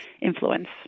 influence